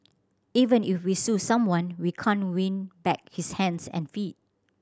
even if we sue someone we can't win back his hands and feet